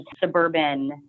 suburban